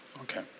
Okay